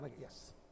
Yes